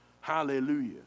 Hallelujah